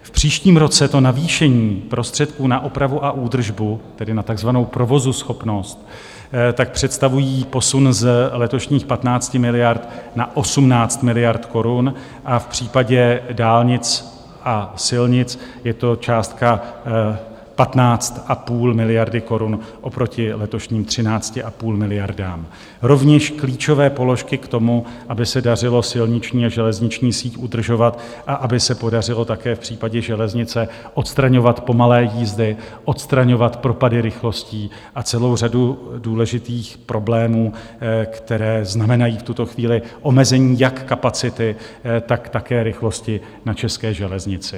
V příštím roce navýšení prostředků na opravu a údržbu, tedy na takzvanou provozuschopnost, tak představují posun z letošních 15 miliard na 18 miliard korun a v případě dálnic a silnic je to částka 15,5 miliardy korun oproti letošním 13,5 miliardy, rovněž klíčové položky k tomu, aby se dařilo silniční a železniční síť udržovat a aby se podařilo také v případě železnice odstraňovat pomalé jízdy, odstraňovat propady rychlostí a celou řadu důležitých problémů, které znamenají v tuto chvíli omezení jak kapacity, tak také rychlosti na české železnici.